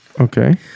Okay